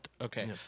Okay